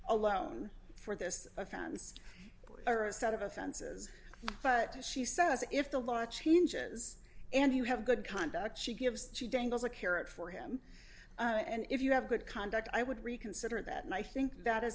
alone for this offense or a set of offenses but she says if the larch changes and you have good conduct she gives she dangles a carrot for him and if you have good conduct i would reconsider that and i think that is